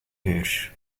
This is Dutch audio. huur